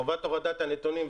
חובת הורדת הנתונים,